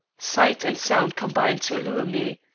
sight and sound combined to allure me.